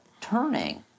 turning